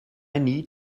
need